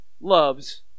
loves